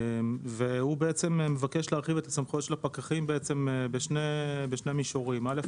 והוא מבקש להרחיב את הסמכויות של הפקחים בשני מישורים: א',